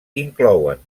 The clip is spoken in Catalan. inclouen